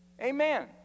amen